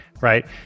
right